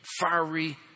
fiery